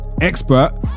expert